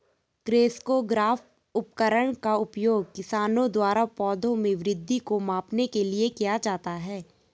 crescograph उपकरण का उपयोग किसानों द्वारा पौधों में वृद्धि को मापने के लिए किया जाता है